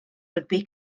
rygbi